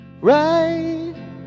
Right